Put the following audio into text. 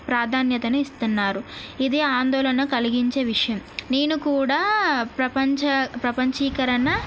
ప్రాధాన్యతను ఇస్తున్నారు ఇది ఆందోళన కలిగించే విషయం నేను కూడా ప్రపంచ ప్రపంచీకరణ